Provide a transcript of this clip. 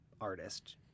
artist